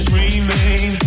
remain